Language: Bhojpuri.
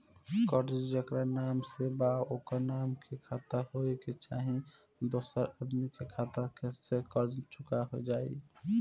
कर्जा जेकरा नाम से बा ओकरे नाम के खाता होए के चाही की दोस्रो आदमी के खाता से कर्जा चुक जाइ?